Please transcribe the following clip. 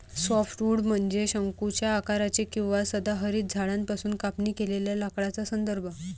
softwood म्हणजे शंकूच्या आकाराचे किंवा सदाहरित झाडांपासून कापणी केलेल्या लाकडाचा संदर्भ